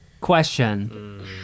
Question